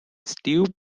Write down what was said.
steve